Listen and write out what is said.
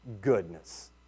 goodness